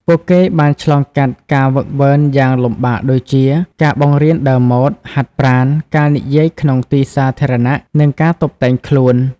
ពួកគេបានឆ្លងកាត់ការហ្វឹកហ្វឺនយ៉ាងលំបាកដូចជា ការបង្រៀនដើរម៉ូដ ហាត់ប្រាណ ការនិយាយក្នុងទីសាធារណៈ និងការតុបតែងខ្លួន។